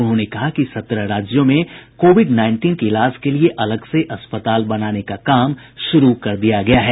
उन्होंने कहा कि सत्रह राज्यों में कोविड नाईनटीन के इलाज के लिए अलग से अस्पताल बनाने का कार्य शुरू कर दिया है